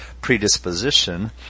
predisposition